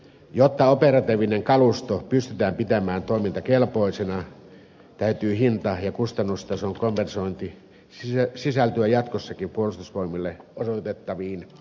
jotta operatiivinen kalusto pystytään pitämään toimintakelpoisena täytyy hinta ja kustannustason kompensoinnin sisältyä jatkossakin puolustusvoimille osoitettaviin määrärahoihin